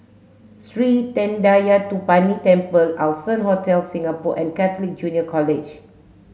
Sri Thendayuthapani Temple Allson Hotel Singapore and Catholic Junior College